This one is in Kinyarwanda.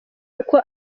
uko